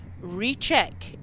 recheck